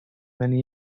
many